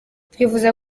twifuza